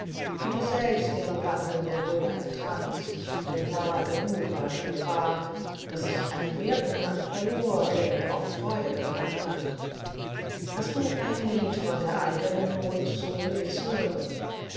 wie du selbst den banden der römer entrannst denn nahe genug war die gefahr daß ich einen werten mann verlor der mir oft freude gebracht hat hast du ein lied von der eigenen not so will ich's hören